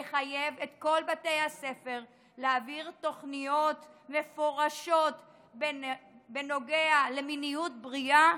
לחייב את כל בתי הספר להעביר תוכניות מפורשות בנוגע למיניות בריאה,